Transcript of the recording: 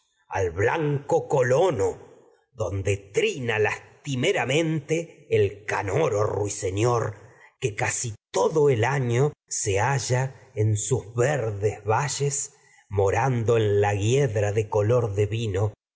al blanco canoro colono donde trina lastimeramente el que ruiseñor mo casi todo el en año se halla en sus verdes valles y en rando ble la hiedra de infinitos color de vino